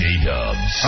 J-Dubs